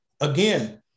again